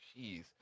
Jeez